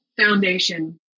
foundation